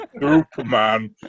Superman